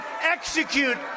execute